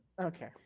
Okay